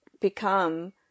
become